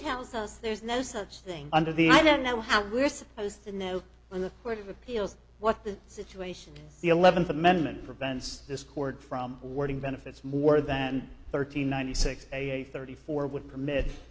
tells us there's no such thing under the i don't know how we're supposed to know in the court of appeals what the situation is the eleventh amendment prevents this court from awarding benefits more than thirteen ninety six a thirty four would permit